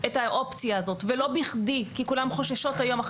את האופציה הזאת ולא בכדי כי כולן חוששות היום,